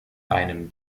einem